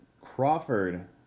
Crawford